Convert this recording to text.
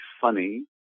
funny